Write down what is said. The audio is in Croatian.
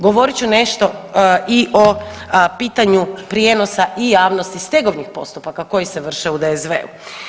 Govorit ću nešto i o pitanju prijenosa i javnosti stegovnih postupaka koji se vrše u DSV-u.